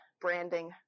branding